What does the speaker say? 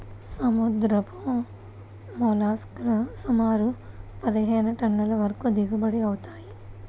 సముద్రపు మోల్లస్క్ లు సుమారు పదిహేను టన్నుల వరకు దిగుబడి అవుతాయి